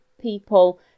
people